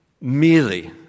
merely